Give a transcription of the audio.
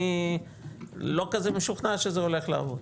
אני לא כזה משוכנע שזה הולך לעבור,